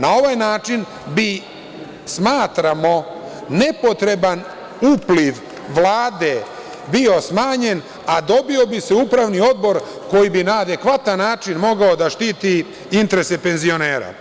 Na ovaj način bi, smatramo, nepotreban upliv Vlade bio smanjen, a dobio bi se Upravni odbor koji bi na adekvatan način mogao da štiti interese penzionera.